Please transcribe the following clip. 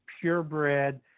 purebred